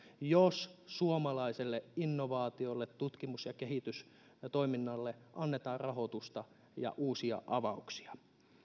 jos suomalaiselle innovaatio tutkimus ja kehitystoiminnalle annetaan rahoitusta ja uusia avauksia